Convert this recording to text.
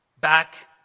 back